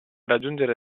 raggiungere